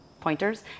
pointers